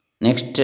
Next